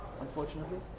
unfortunately